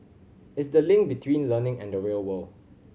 it's the link between learning and the real world